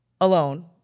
alone